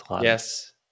yes